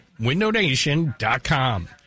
windownation.com